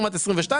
לעומת 22',